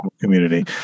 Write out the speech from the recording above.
community